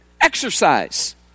Exercise